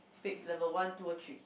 pick level one two or three